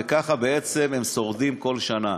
וככה בעצם הם שורדים כל שנה.